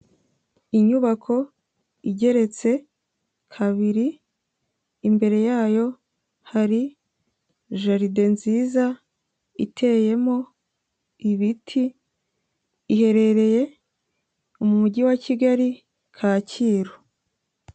Inyubako igeretse kabiri, imbere yayo hari jaride nziza iteyemo ibiti, iherereye mu mujyi wa Kigali, kacyiru.